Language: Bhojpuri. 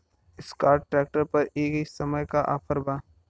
एस्कार्ट ट्रैक्टर पर ए समय का ऑफ़र बा?